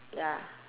ya